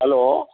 hello